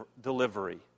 delivery